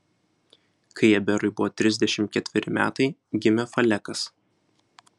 kai eberui buvo trisdešimt ketveri metai gimė falekas